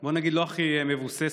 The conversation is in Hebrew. בוא נגיד, לא הכי מבוססת,